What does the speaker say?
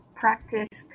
practice